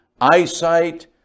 eyesight